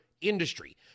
industry